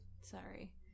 Sorry